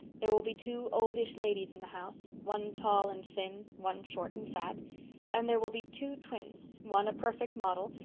there will be two oldish ladies in the house, one tall and thin, one short and fat and there will be two twins, one a perfect model,